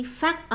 phát